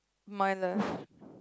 my left